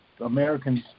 Americans